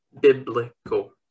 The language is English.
biblical